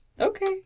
Okay